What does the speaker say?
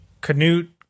canute